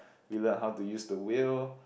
we learnt how to use the wheel